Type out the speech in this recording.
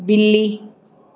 ਬਿੱਲੀ